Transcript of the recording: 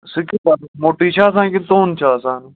موٚٹُے چھِ آسان کِنہٕ توٚن چھُ آسان